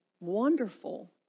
wonderful